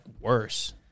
worse